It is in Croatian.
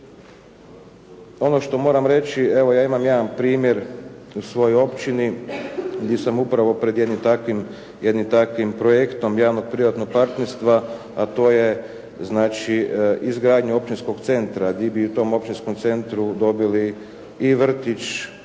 Ono što moram reći evo ja imam jedan primjer u svojoj općini gdje sam upravo pred jednim takvim, jednim takvim projektom javno-privatnog partnerstva a to je znači izgradnja općinskog centra di bi u tom općinskom centru dobili i vrtić,